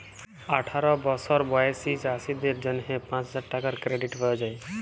আঠার বসর বয়েসী চাষীদের জ্যনহে পাঁচ হাজার টাকার কেরডিট পাউয়া যায়